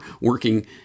working